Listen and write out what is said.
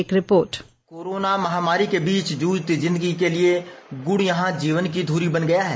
एक report corona महामारी के बीच जूझती जिंदगी के लिए गुड़ यहां जीवन की धूरी बन गया है